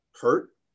hurt